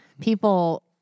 People